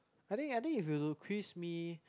I think I think if you quiz me